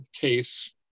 case